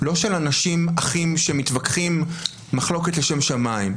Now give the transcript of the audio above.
לא של אנשים אחים שמתווכחים מחלוקת לשם שמיים,